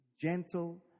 gentle